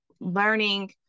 learning